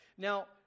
Now